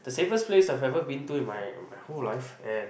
the safest place I have ever been to in my my whole life and